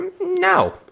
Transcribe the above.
no